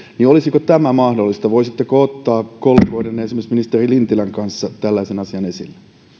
olisiko tämä mahdollista voisitteko ottaa kollegoiden esimerkiksi ministeri lintilän kanssa tällaisen asian esille